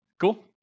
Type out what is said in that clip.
Cool